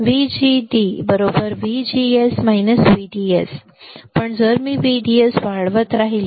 आपल्याकडे हे आहे VGD VGS VDS पण जर मी VDS वाढवत राहिलो